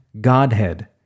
Godhead